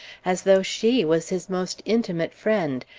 as though she was his most intimate friend,